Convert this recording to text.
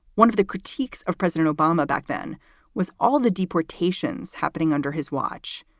one of the critiques of president obama back then was all the deportations happening under his watch.